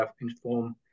inform